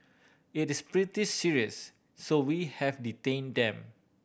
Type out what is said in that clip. it is pretty serious so we have detain them